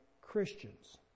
Christians